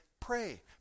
Pray